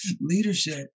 Leadership